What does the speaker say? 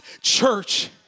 church